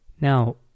Now